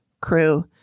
crew